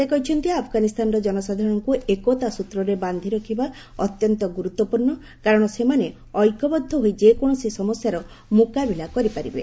ସେ କହିଛନ୍ତି ଆଫ୍ଗାନିସ୍ତାନର ଜନସାଧାରଣଙ୍କୁ ଏକତା ସୂତ୍ରରେ ବାନ୍ଧି ରଖିବା ଅତ୍ୟନ୍ତ ଗୁରୁତ୍ୱପୂର୍ଣ୍ଣ କାରଣ ସେମାନେ ଐକ୍ୟବଦ୍ଧ ହୋଇ ଯେକୌଣସି ସମସ୍ୟାର ମୁକାବିଲା କରିପାରିବେ